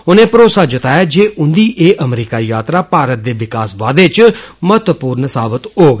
उनें भरोसा जताया जे उंदिएं अमरीका यात्रा भारत दे विकास बाद्दे च महत्वपूर्ण साबित होग